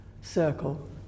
circle